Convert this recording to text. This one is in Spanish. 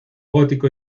gótico